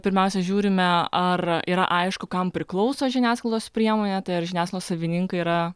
pirmiausia žiūrime ar yra aišku kam priklauso žiniasklaidos priemonė tai ar žiniasklaidos savininkai yra